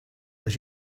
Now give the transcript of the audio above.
does